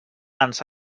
ens